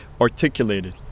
articulated